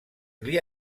gli